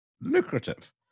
lucrative